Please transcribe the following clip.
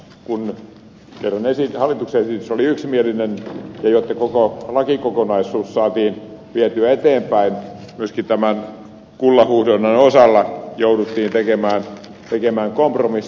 kun kerran hallituksen esitys oli yksimielinen niin jotta koko lakikokonaisuus saatiin vietyä eteenpäin myöskin kullanhuuhdonnan osalta jouduttiin tekemään kompromissi